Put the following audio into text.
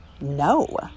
No